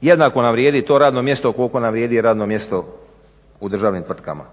jednako nam vrijedi to radno mjesto koliko nam vrijedi radno mjesto u državnim tvrtkama.